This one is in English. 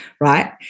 Right